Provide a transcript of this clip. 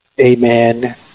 amen